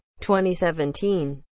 2017